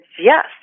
yes